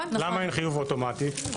למה אין חיוב אוטומטי?